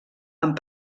amb